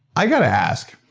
i got to ask,